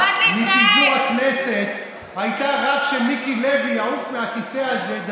אתה יכול לשבת שנה בוועדות ולא לעשות מה שעשיתי בוועדות השנה הזאת.